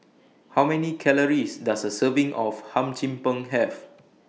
How Many Calories Does A Serving of Hum Chim Peng Have